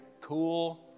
cool